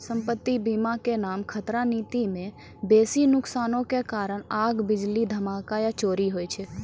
सम्पति बीमा के नाम खतरा नीति मे बेसी नुकसानो के कारण आग, बिजली, धमाका या चोरी होय छै